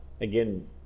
again